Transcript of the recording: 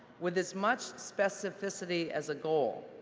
with as much specificity as a goal,